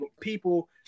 people